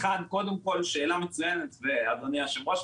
זו שאלה מצוינת, אדוני היושב-ראש.